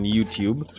YouTube